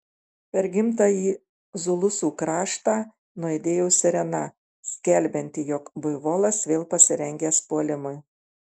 per gimtąjį zulusų kraštą nuaidėjo sirena skelbianti jog buivolas vėl pasirengęs puolimui